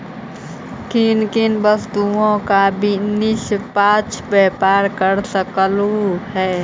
किन किन वस्तुओं का निष्पक्ष व्यापार कर सकलू हे